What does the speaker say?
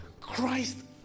Christ